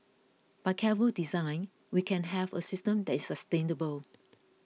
by careful design we can have a system that is sustainable